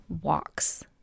walks